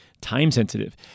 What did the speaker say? time-sensitive